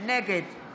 נגד